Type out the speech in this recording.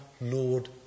lord